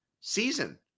season